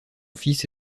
fils